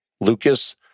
Lucas